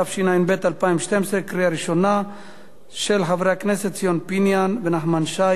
התשע"ב 2012, של חברי הכנסת ציון פיניאן ונחמן שי.